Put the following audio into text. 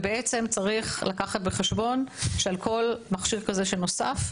צריך לקחת בחשבון שעל כל מכשיר כזה שנוסף,